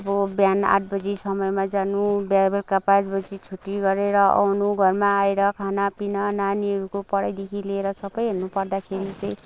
अब बिहान आठ बजी समयमा जानु बेलुका पाँच बजी छुट्टी गरेर आउनु घरमा आएर खाना पीना नानीहरूको पढाइदेखि लिएर सबै हेर्नु पर्दाखेरि चाहिँ